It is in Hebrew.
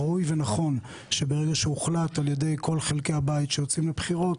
ראוי ונכון שברגע שהוחלט על-ידי כל חלקי הבית שיוצאים לבחירות,